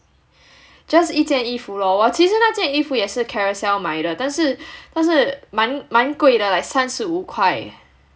just 一件衣服 lor 我其实那件衣服也是 Carousell 买的但是但是蛮贵的 like 三十五块